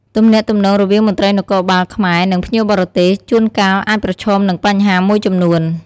ទំនាក់ទំនងរវាងមន្ត្រីនគរបាលខ្មែរ និងភ្ញៀវបរទេស ជួនកាលអាចប្រឈមនឹងបញ្ហាមួយចំនួន។